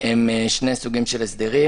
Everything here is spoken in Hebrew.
הם שני סוגים של הסדרים: